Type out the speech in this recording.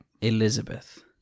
Elizabeth